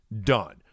done